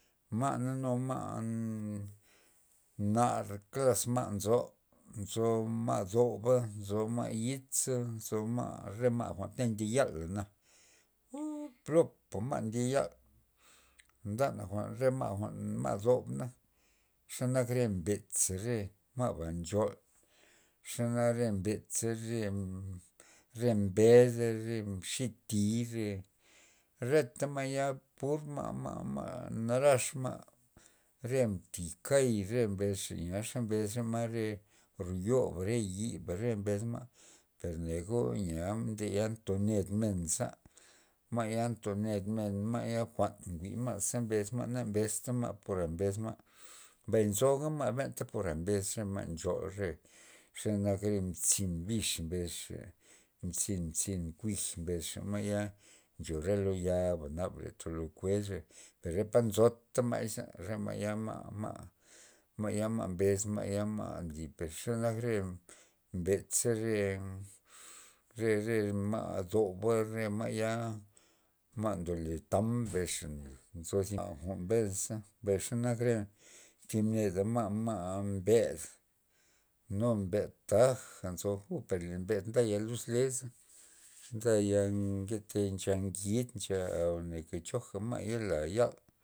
Ma' na nu ma' nar klas ma' nzo, nzo ma' ndoba nzo ma' yitza nzo ma' re ma' jwa'nta ndye yala na uu plopa ma' ndye yal, nda jwa'n re ma', ma' ndob na, xenak re mbetza xe nak ma'ba nchol xenak re mbetxa re- re mbeda re mxi thiy retaya ma' pur ma'-ma'-ma' narax ma' re mti kay mbes xa na ze mbes ma ma re ro yoba re yiba mbes ma' per neo yeo ma'ya ndye toned men z, ma'ya ntoned men ma'ya jwa'n njwi ma' jwa'na ze mbes ma' nak nak por a bes ma' mbay nzoga ma' benta por abes re ma' nchol re xenak re mbin mzin mbiz mbes xa zin zin kuiz mbes xa ma'ya ncho lo re lo yaba nada to lokues re per par nzota ma'y za re ma'ya- ma'ya ma bes za ma'ya nli per xe nak re betza re- re- re ma' doba re ma'ya ma ndole tam mbesxa nzo thi jwa'n mbesna mbay xenak re thib neda ma'-ma' mbed mu mbed taja nzo per le mbed nda ya luz leza nda yal njete ncha ngid ncha goneja choja ma'y yo la yal.